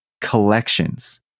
collections